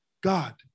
God